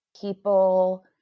people